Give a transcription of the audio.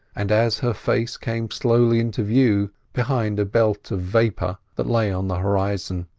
and as her face came slowly into view behind a belt of vapour that lay on the horizon,